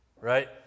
right